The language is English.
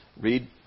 read